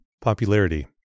Popularity